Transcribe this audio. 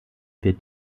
wird